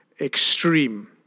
extreme